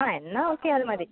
ആ എന്നാൽ ഓക്കെ അതു മതി